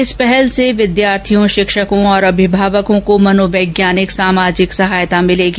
इस पहल से विद्यार्थियों शिक्षकों और अभिभावकों को मनोवैज्ञानिक सामाजिक सहायता मिलेगी